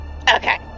Okay